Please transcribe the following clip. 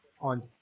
on